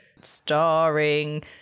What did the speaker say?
Starring